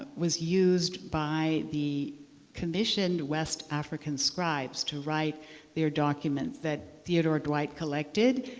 but was used by the commissioned west african scribes to write their documents, that theodore dwight collected.